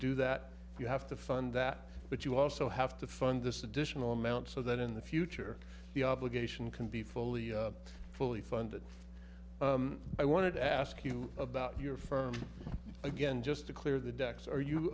do that you have to fund that but you also have to fund this additional amount so that in the future the obligation can be fully fully funded i wanted to ask you about your firm again just to clear the decks are